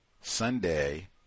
Sunday